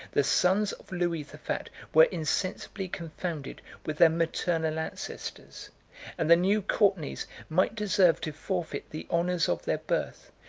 the sons of louis the fat were insensibly confounded with their maternal ancestors and the new courtenays might deserve to forfeit the honors of their birth,